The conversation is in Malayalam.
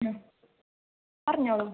പറഞ്ഞോളൂ